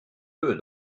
peu